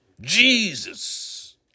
Jesus